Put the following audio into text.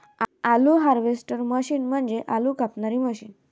आलू harvester machine म्हणजे आलू कापणारी मशीन